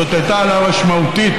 זאת הייתה העלאה משמעותית.